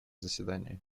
заседании